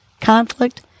conflict